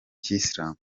kiyisilamu